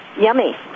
Yummy